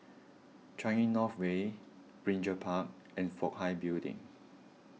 Changi North Way Binjai Park and Fook Hai Building